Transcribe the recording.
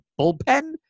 bullpen